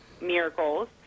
Miracles